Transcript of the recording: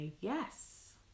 yes